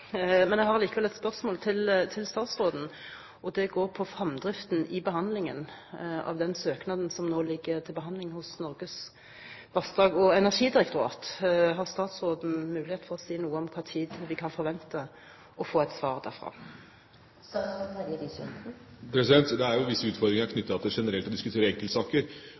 Men jeg har likevel et spørsmål til statsråden, og det går på fremdriften i behandlingen av den søknaden som nå ligger hos Norges vassdrags- og energidirektorat. Har statsråden mulighet til å si noe om når vi kan forvente å få et svar derfra? Det er jo visse utfordringer knyttet til generelt å diskutere enkeltsaker, og jeg mener også at det blir galt hvis jeg som statsråd begynner å instruere NVE i enkeltsaker